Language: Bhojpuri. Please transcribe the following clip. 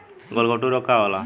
गलघोटू रोग का होला?